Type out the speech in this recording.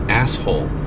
asshole